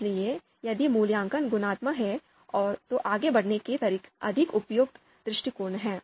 इसलिए यदि मूल्यांकन गुणात्मक है तो आगे बढ़ने के तरीके अधिक उपयुक्त दृष्टिकोण हैं